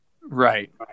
Right